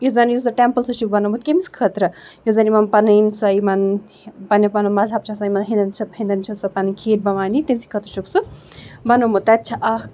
یُس زَن یُس زَن ٹٮ۪مپٕل سُہ چھُکھ بنوومُت کٔمِس خٲطرٕ یُس زَن یِمَن پَنٕنۍ سۄ یِمَن پنٛنہِ پَنُن مذہب چھِ آسان یِمَن ہٕیٚنٛدٮ۪ن چھِ ہٕیٚنٛدٮ۪ن چھِ آسان پَنٕںۍ کھیٖر بھوارنی تٔمۍ سٕنٛدۍ خٲطرٕ چھُکھ سُہ بنوومُت تَتہِ چھِ اَکھ